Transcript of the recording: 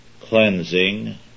cleansing